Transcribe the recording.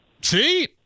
See